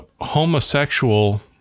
homosexual